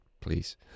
please